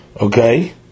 okay